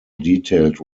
detailed